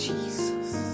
Jesus